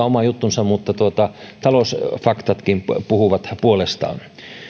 oma juttunsa mutta talousfaktatkin puhuvat puolestaan